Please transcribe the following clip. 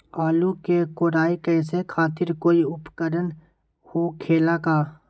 आलू के कोराई करे खातिर कोई उपकरण हो खेला का?